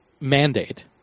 mandate